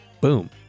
Boom